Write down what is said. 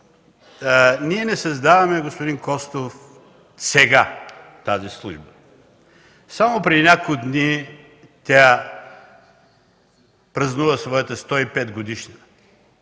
Ние не създаваме, господин Костов, сега тази служба. Само преди няколко дни тя празнува своята 105-годишнина.